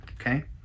okay